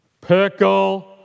pickle